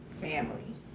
family